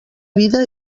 vida